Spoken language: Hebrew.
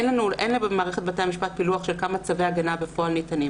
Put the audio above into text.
אין לבתי המשפט פילוח כמה צווי הגנה ניתנים בפועל,